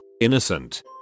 innocent